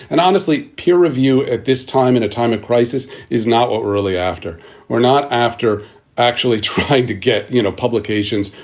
and honestly, peer review at this time in a time of crisis is not what, early after we're not after actually trying to get, you know, publications.